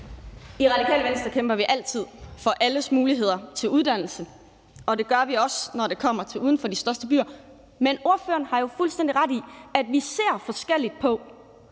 I Radikale Venstre kæmper vi altid for alles muligheder for uddannelse, og det gør vi også, når det gælder uden for de største byer. Men ordføreren har jo fuldstændig ret i, at vi ser forskelligt på,